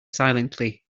silently